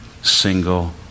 single